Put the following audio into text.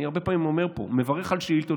אני הרבה פעמים אומר פה שאני מברך על שאילתות,